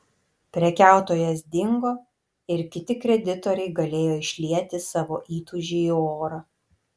prekiautojas dingo ir kiti kreditoriai galėjo išlieti savo įtūžį į orą